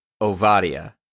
Ovadia